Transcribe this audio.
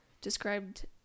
described